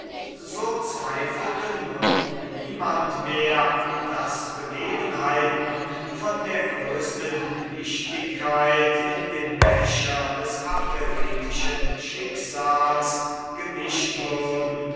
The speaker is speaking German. so zweifelte nun niemand mehr daß begebenheiten von der größten wichtigkeit in dem becher des abderitischen schicksals gemischt würden